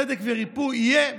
צדק וריפוי יהיו,